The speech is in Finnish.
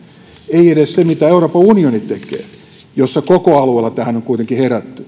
eikä edes se mitä euroopan unioni tekee jonka koko alueella tähän on kuitenkin herätty